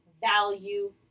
value